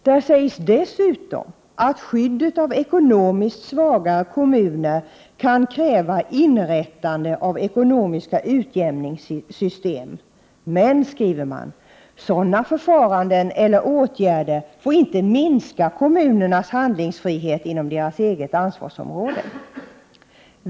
Det sägs dessutom att skyddet av ekonomiskt svagare kommuner kan kräva inrättande av ekonomiska utjämningssystem. Men, skriver man, sådana förfaranden eller åtgärder får inte minska kommunernas handlingsfrihet inom deras eget ansvarsområde.